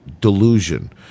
delusion